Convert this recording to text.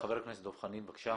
חבר הכנסת דב חנין, בבקשה.